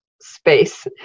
space